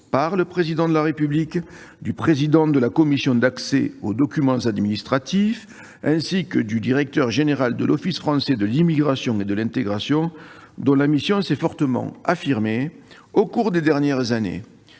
par le Président de la République, du président de la commission d'accès aux documents administratifs, ainsi que du directeur général de l'Office français de l'immigration et de l'intégration, dont la mission s'est fortement affirmée au cours des dernières années.